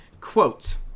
Quote